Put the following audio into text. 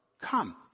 come